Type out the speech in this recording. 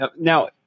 Now